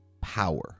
power